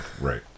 Right